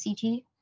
CT